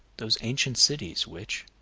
those ancient cities which,